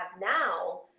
now